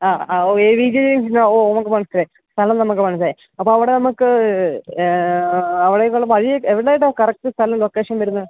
ആ ആ ഓ ഇ വീ ജേ ജങ്ഷൻ്റെ ഓ നമുക്ക് മനസ്സിലായി സ്ഥലം നമുക്ക് മനസ്സിലായി അപ്പം അവിടെനമുക്ക് അവിടേക്കുള്ള വഴി എവിടെയായിട്ടാണ് കറക്റ്റ് സ്ഥലം ലൊക്കേഷൻ വരുന്നത്